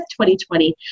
2020